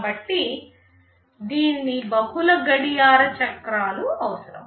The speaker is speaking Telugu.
కాబట్టి దీనికి బహుళ గడియార చక్రాలు అవసరం